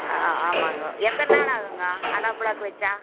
ஆ ஆமாங்க எத்தனை நாள் ஆகுங்க ஆலோபிளாக் வைச்சா